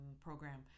program